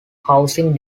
housing